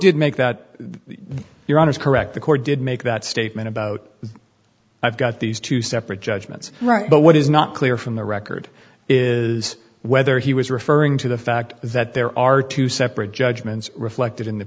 did make that your honor is correct the court did make that statement about i've got these two separate judgments right but what is not clear from the record is whether he was referring to the fact that there are two separate judgments reflected in the